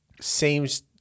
seems